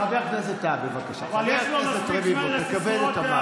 חבר הכנסת רביבו, תכבד את המעמד.